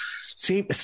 see